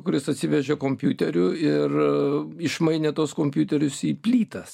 kuris atsivežė kompiuterių ir išmainė tuos kompiuterius į plytas